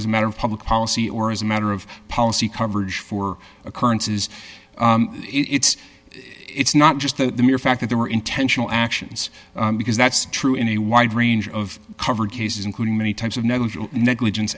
as a matter of public policy or as a matter of policy coverage for occurrences it's it's not just the mere fact that there were intentional actions because that's true in a wide range of coverage cases including many types of negligence